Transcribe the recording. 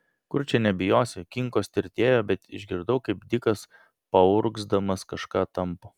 kur čia nebijosi kinkos tirtėjo bet išgirdau kaip dikas paurgzdamas kažką tampo